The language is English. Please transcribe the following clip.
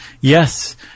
yes